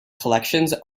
collections